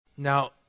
Now